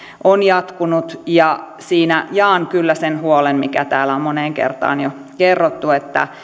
on jatkunut jaan kyllä sen huolen mikä täällä on moneen kertaan jo kerrottu